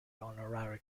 honorary